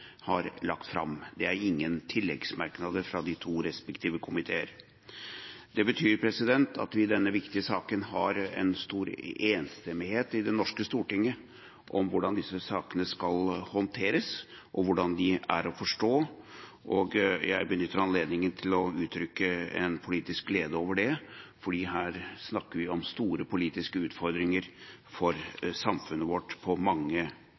har lagt fram. Det er ingen tilleggsmerknader fra de to respektive komiteer. Det betyr at vi i denne viktige saken har en stor enstemmighet i Det norske storting om hvordan disse sakene skal håndteres, og om hvordan de er å forstå. Jeg benytter anledningen til å uttrykke en politisk glede over det, for her snakker vi om store politiske utfordringer for samfunnet vårt – på mange